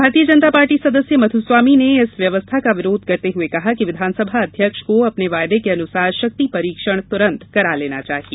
भारतीय जनता पार्टी सदस्य मधुस्वामी ने इस व्यवस्था का विरोध करते हुए कहा कि विधानसभा अध्यक्ष को अपने वायदे के अनुसार शक्ति परीक्षण तुरंत करा लेना चाहिए